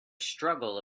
struggle